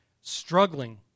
Struggling